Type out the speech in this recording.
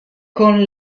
con